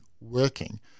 working